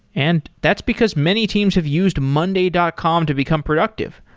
and that's because many teams have used monday dot com to become productive.